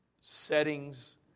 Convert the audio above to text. settings